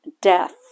death